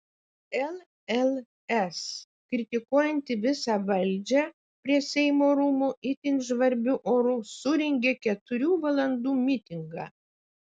lls kritikuojanti visą valdžią prie seimo rūmų itin žvarbiu oru surengė keturių valandų mitingą